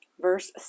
verse